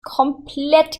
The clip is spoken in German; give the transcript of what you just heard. komplett